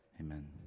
Amen